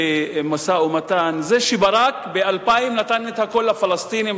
למשא-ומתן זה שברק ב-2000 נתן את הכול לפלסטינים,